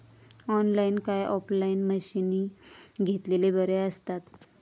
Online काय offline मशीनी घेतलेले बरे आसतात?